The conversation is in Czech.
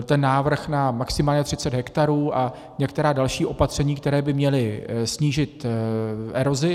Ten návrh na maximálně 30 hektarů a některá další opatření, která by měla snížit erozi.